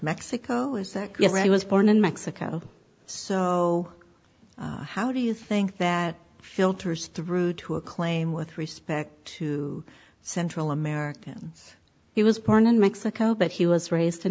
mexico is that yes he was born in mexico so how do you think that filters through to a claim with respect to central americans he was porn in mexico but he was raised